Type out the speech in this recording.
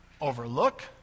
overlook